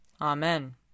Amen